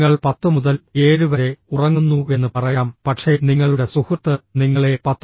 നിങ്ങൾ 10 മുതൽ 7 വരെ ഉറങ്ങുന്നുവെന്ന് പറയാം പക്ഷേ നിങ്ങളുടെ സുഹൃത്ത് നിങ്ങളെ 10